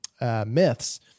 myths